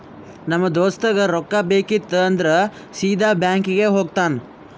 ನಮ್ ದೋಸ್ತಗ್ ರೊಕ್ಕಾ ಬೇಕಿತ್ತು ಅಂದುರ್ ಸೀದಾ ಬ್ಯಾಂಕ್ಗೆ ಹೋಗ್ತಾನ